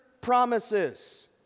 promises